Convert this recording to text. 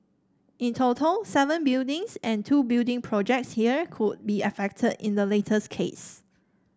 in total seven buildings and two building projects here could be affected in the latest case